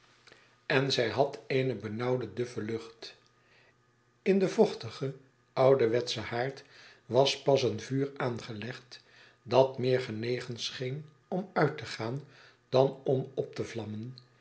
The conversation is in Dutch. en zij had eene benauwde duffe lucht in den vochtigen ouderwetschen haard was pas een vuur aangelegd dat meer genegen scheen om uit te gaan dan om op te vlammen